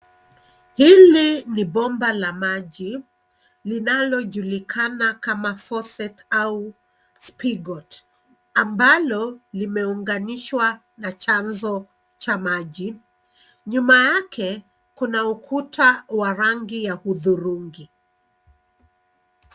Hili ni bomba la maji linalo julikana kama faucet au spigot ambalo limeunganishwa na chanzo cha maji. Nyuma yake kuna ukuta wa rangi ya hudhurungi.